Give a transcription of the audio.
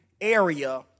area